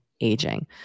aging